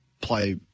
play